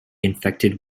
infected